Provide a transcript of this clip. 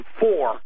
four